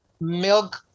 milk